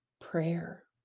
prayer